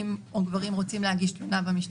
או גברים רוצים להגיש תלונה במשטרה.